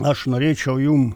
aš norėčiau jum